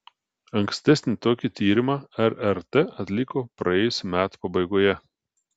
ankstesnį tokį tyrimą rrt atliko praėjusių metų pabaigoje